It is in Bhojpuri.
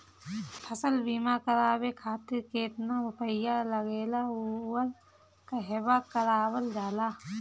फसल बीमा करावे खातिर केतना रुपया लागेला अउर कहवा करावल जाला?